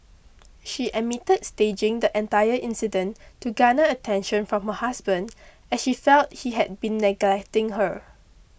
she admitted staging the entire incident to garner attention from her husband as she felt he had been neglecting her